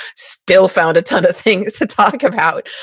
still found a ton of things to talk about.